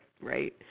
right